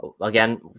again